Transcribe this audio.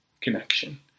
connection